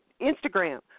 Instagram